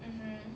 mmhmm